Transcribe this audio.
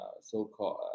so-called